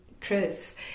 Chris